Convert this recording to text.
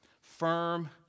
firm